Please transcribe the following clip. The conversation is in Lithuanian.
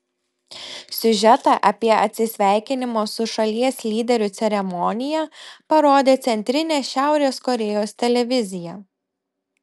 siužetą apie atsisveikinimo su šalies lyderiu ceremoniją parodė centrinė šiaurės korėjos televizija